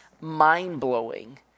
mind-blowing